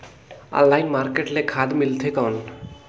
Online market ले खाद मिलथे कौन?